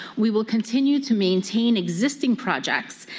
we will continue to maintain existing projects,